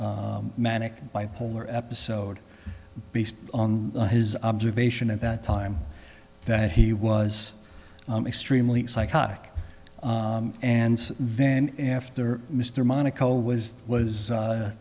manic bipolar episode based on his observation at that time that he was extremely psychotic and then after mr monaco was was